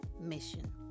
mission